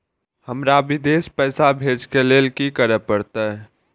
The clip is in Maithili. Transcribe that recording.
हमरा विदेश पैसा भेज के लेल की करे परते?